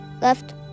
left